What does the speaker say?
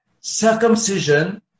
circumcision